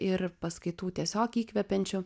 ir paskaitų tiesiog įkvepiančių